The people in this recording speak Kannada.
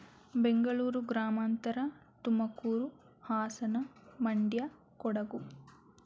ಬೆಂಗಳೂರು ಗ್ರಾಮಾಂತರ ತುಮಕೂರು ಹಾಸನ ಮಂಡ್ಯ ಕೊಡಗು